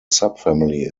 subfamily